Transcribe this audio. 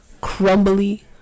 crumbly